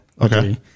Okay